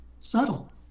subtle